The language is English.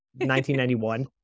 1991